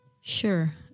Sure